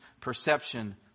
perception